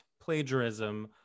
plagiarism